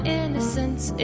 innocence